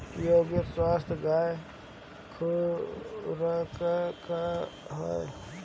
एगो स्वस्थ गाय क खुराक का ह?